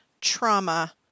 trauma